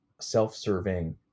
self-serving